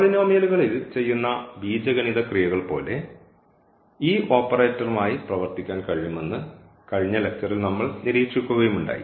പോളിനോമിയൽകളിൽ ചെയ്യുന്ന ബീജഗണിത ക്രിയകൾ പോലെ ഈ ഓപ്പറേറ്റർമായി പ്രവർത്തിക്കാൻ കഴിയുമെന്ന് കഴിഞ്ഞ ലക്ച്ചറിൽ നമ്മൾ നിരീക്ഷിക്കുകയുമുണ്ടായി